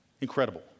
Incredible